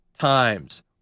times